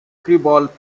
screwball